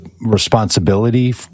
responsibility